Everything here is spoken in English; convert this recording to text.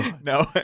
no